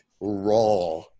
raw